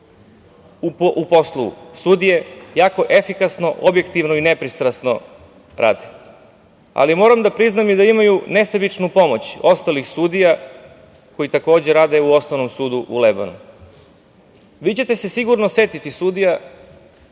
u poslu sudije, jako efikasno, objektivno i nepristrasno rade. Ali moram da priznam i da imaju nesebičnu pomoć ostalih sudija koji takođe rade u Osnovnom sudu u Lebanu. Vi ćete se sigurno setiti sudija,